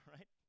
Right